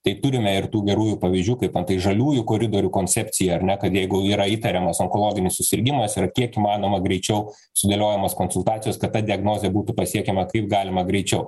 tai turime ir tų gerųjų pavyzdžių kaip antai žaliųjų koridorių koncepcija ar ne kad jeigu yra įtariamas onkologinis susirgimas yra kiek įmanoma greičiau sudėliojamos konsultacijos kad ta diagnozė būtų pasiekiama kaip galima greičiau